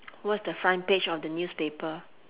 what's the front page of the newspaper